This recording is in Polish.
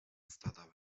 stada